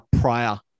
prior